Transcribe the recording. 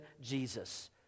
Jesus